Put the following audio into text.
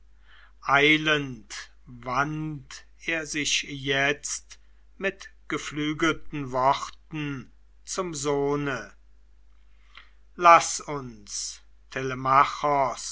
eilend wandt er sich jetzt mit geflügelten worten zum sohne laß uns